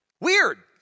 weird